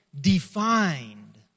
defined